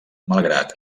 malgrat